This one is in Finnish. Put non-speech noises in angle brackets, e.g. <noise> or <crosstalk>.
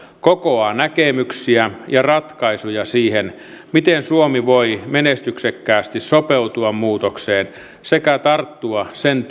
kokoaa näkemyksiä ja ratkaisuja siihen miten suomi voi menestyksekkäästi sopeutua muutokseen sekä tarttua sen <unintelligible>